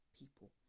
people